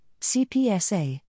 CPSA